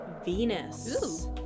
venus